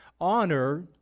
Honor